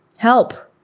help,